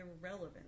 irrelevant